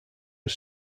was